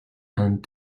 and